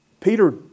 Peter